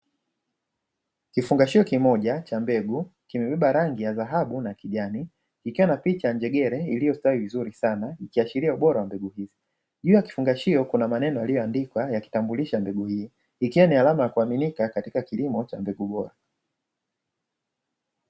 Kifungashio kimoja cha mbegu kimebebeba rangi ya dhahabu na kijani ikiwa na picha ya njegere iliyostawi vizuri sana, ikiashiria ubora wa mbegu hii, juu ya kifungashio kuna maneno yaliyoandikwa ya kitambulisha mbegu iyo, ikiwa ni alama ya kuaminika katika kilimo cha mbegu bora.